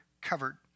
covered